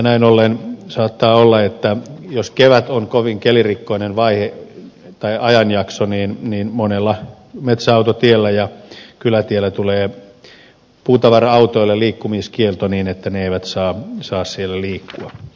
näin ollen saattaa olla että jos kevät on kovin kelirikkoinen ajanjakso niin monella metsäautotiellä ja kylätiellä tulee puutavara autoille liikkumiskielto niin että ne eivät saa siellä liikkua